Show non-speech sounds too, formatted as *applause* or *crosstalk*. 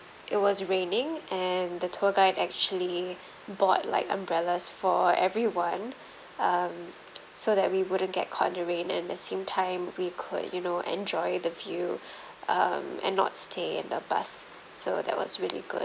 it was raining and the tour guide actually bought like umbrellas for everyone um so that we wouldn't get caught in the rain and the same time we could you know enjoy the view *breath* um and not stay in the bus so that was really good